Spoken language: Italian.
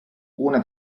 una